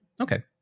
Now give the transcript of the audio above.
Okay